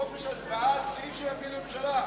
חופש הצבעה על סעיף שמפיל ממשלה.